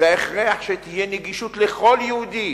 וההכרח שתהיה גישה לכל יהודי